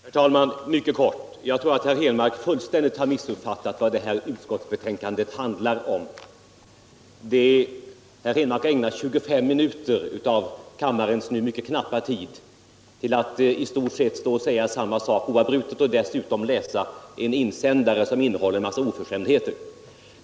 Herr talman! Jag skall fatta mig mycket kort. Jag tror att herr Henmark fullständigt har missuppfattat vad detta utskottsbetänkande handlar om. Herr Henmark har ägnat 25 minuter av kammarens nu mycket knappa tid åt att i stort sett stå och säga samma sak oavbrutet samt dessutom läsa upp en insändare, som innehåller en massa oförskämdheter.